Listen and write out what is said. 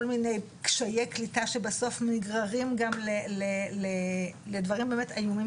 מיני קשיי קליטה שבסוף נגררים גם לדברים באמת איומים